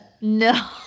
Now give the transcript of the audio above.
No